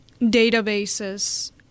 databases